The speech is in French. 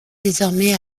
désormais